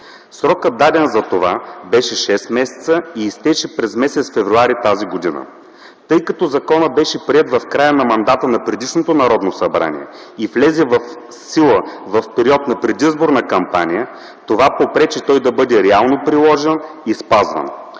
Срокът, даден за това, беше шест месеца и изтече през м. февруари т.г. Тъй като законът беше приет в края на мандата на предишното Народно събрание и влезе в сила в период на предизборна кампания, това попречи той да бъде реално приложен и спазван.